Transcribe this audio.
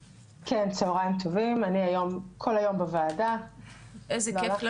צהריים טובים אפרת, צהריים טובים,